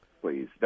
please